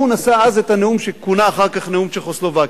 והוא נשא אז את הנאום שכונה אחר כך "נאום צ'כוסלובקיה".